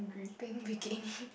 pink bikini